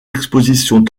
expositions